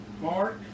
Mark